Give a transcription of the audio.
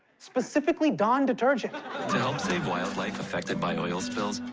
specifically, dawn detergent. to help save wildlife affected by oil spills,